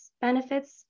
benefits